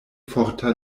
forta